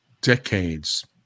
decades